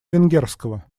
венгерского